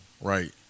Right